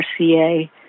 RCA